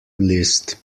list